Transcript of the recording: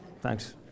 thanks